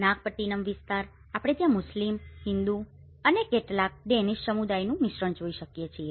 નાગપટ્ટિનમ વિસ્તાર આપણે ત્યાં મુસ્લિમ હિન્દુ અને કેટલાક ડેનિશ સમુદાયોનું મિશ્રણ જોઇ શકીએ છીએ